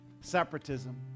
separatism